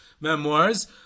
memoirs